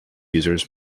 users